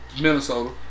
Minnesota